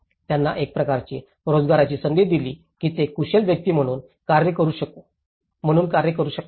त्यांना एक प्रकारची रोजगाराची संधी दिली की ते कुशल व्यक्ती म्हणून कार्य करू शकू म्हणून कार्य करू शकतात